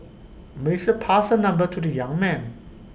Melissa passed her number to the young man